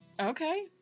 okay